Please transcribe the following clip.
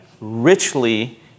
richly